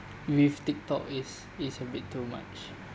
with tik tok is is a bit too much